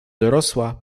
dorosła